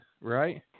right